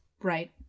Right